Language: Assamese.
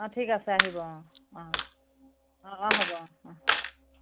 অ ঠিক আছে আহিব অ অ অ হ'ব অ